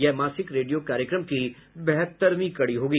यह मासिक रेडियो कार्यक्रम की बहत्तरवीं कड़ी होगी